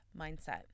mindset